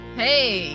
hey